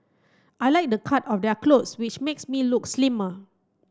I like the cut of their clothes which makes me look slimmer